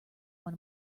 one